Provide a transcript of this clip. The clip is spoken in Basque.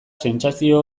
sentsazio